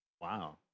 wow